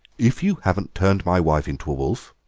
if you haven't turned my wife into a wolf,